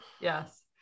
yes